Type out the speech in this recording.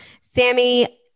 Sammy